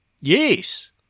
Yes